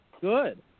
Good